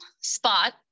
spot